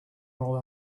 while